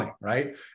right